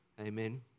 Amen